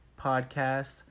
Podcast